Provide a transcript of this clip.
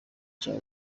cya